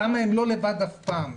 שם הם לא לבד אף פעם.